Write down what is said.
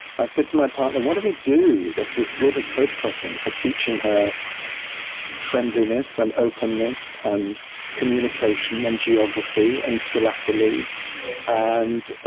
i said to my partner, what do we do that's as good as postcrossing for teaching her friendliness, and openness, and communication, and geography, and philately and